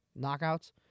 Knockouts